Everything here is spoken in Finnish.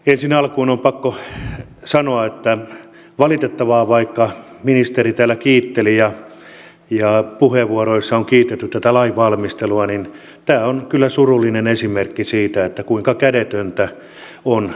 ensin alkuun on pakko sanoa että on valitettavaa vaikka ministeri täällä kiitteli ja puheenvuoroissa on kiitelty tätä lainvalmistelua että tämä on kyllä surullinen esimerkki siitä kuinka kädetöntä on lainvalmistelu